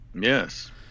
Yes